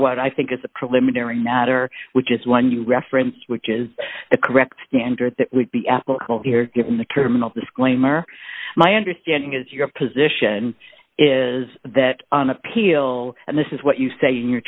what i think is a preliminary matter which is one you reference which is the correct standard that would be applicable here given the criminal disclaimer my understanding is your position is that on appeal and this is what you say you